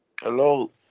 Hello